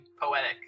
poetic